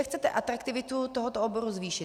Jak chcete atraktivitu tohoto oboru zvýšit?